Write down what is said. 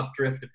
Updrift